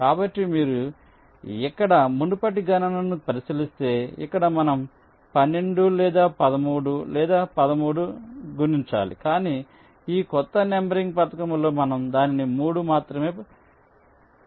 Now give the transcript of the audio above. కాబట్టి మీరు ఇక్కడ మునుపటి గణనను పరిశీలిస్తే ఇక్కడ మనం 12 లేదా 13 లేదా 13 గుణించాలి కాని ఈ కొత్త నంబరింగ్ పథకంలో మనం దానిని 3 మాత్రమే గుణించాలి